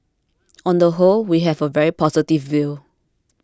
on the whole we have a very positive view